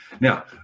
Now